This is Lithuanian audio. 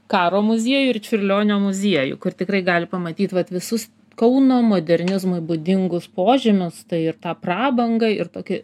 karo muziejų ir čiurlionio muziejų kur tikrai gali pamatyt vat visus kauno modernizmui būdingus požymius tai ir tą prabangą ir tokį